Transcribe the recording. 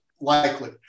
likely